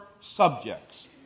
subjects